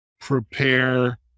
prepare